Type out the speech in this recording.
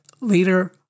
later